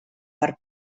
per